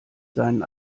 seinen